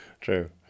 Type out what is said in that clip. True